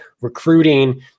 recruiting